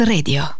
Radio